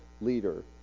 leader